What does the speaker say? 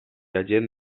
agent